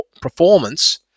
performance